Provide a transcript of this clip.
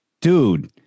Dude